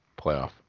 playoff